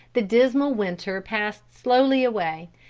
the dismal winter passed slowly away,